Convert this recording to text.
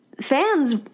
fans